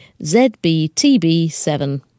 ZBTB7